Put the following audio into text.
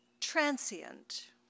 transient